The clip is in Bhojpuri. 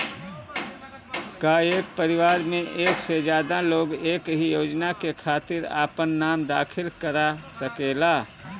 का एक परिवार में एक से ज्यादा लोग एक ही योजना के खातिर आपन नाम दाखिल करा सकेला?